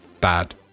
bad